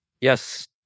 yes